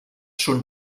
schon